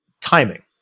Timing